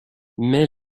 mais